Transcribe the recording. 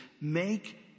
make